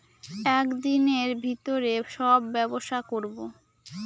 এক দিনের ভিতরে সব ব্যবসা করবো